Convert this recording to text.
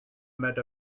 met